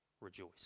rejoice